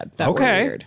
Okay